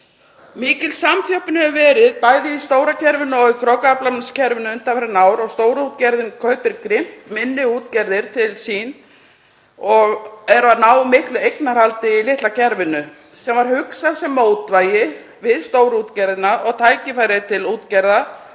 Mikil samþjöppun hefur verið bæði í stóra kerfinu og í krókaaflamarkskerfinu undanfarin ár og stórútgerðin kaupir grimmt minni útgerðir til sín og er að ná miklu eignarhaldi í litla kerfinu sem var hugsað sem mótvægi við stórútgerðina og sem tækifæri til útgerða